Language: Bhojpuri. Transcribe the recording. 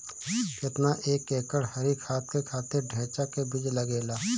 केतना एक एकड़ हरी खाद के खातिर ढैचा के बीज लागेला?